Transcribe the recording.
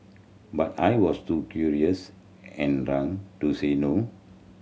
but I was too curious and drunk to say no